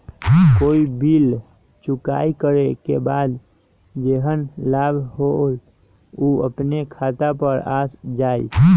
कोई बिल चुकाई करे के बाद जेहन लाभ होल उ अपने खाता पर आ जाई?